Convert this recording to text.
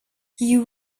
you